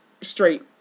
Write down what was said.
straight